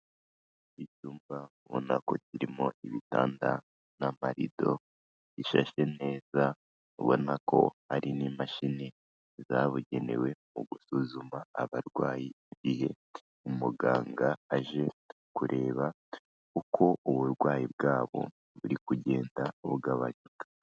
Icyumba ubonako kirimo ibitanda n'amarido gishashe neza ubona ko hari n'imashini zabugenewe mu gusuzuma abarwayi, igihe umuganga aje kureba uko uburwayi bwabo buri kugenda bugabanuka.